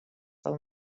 del